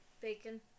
bacon